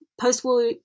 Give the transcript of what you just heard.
post-war